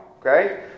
Okay